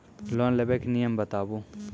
Loan लेबे के नियम बताबू?